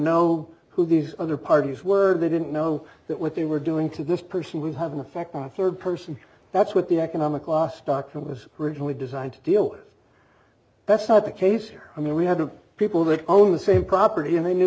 know who these other parties were they didn't know that what they were doing to this person would have an effect on third person that's what the economic law stocks it was originally designed to deal with that's not the case here i mean we had a people that owned the same property and they knew